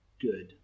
good